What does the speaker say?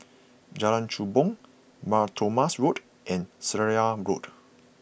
Jalan Kechubong Mar Thoma Road and Seraya Road